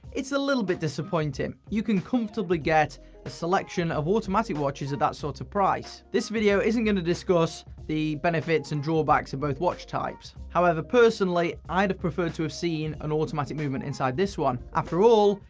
it's a little bit disappointing. you can comfortably get a selection of automatic watches at that sort of price. this video isn't gonna discuss the benefits and drawbacks of both watch types. however, personally, i'd have preferred to have seen an automatic movement inside this one. after all,